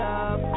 up